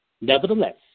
Nevertheless